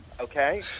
Okay